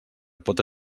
pot